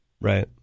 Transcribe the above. Right